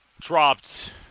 dropped